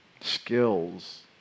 skills